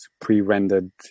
pre-rendered